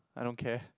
I don't care